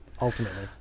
Ultimately